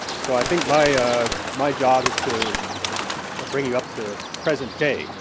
so i think my my job is to to bring you up to present day.